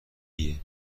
ایه